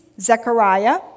Zechariah